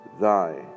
thy